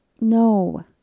No